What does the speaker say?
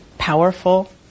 Powerful